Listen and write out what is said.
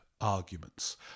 arguments